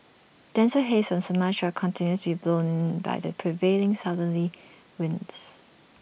denser haze from Sumatra continues to be blown in by the prevailing southerly winds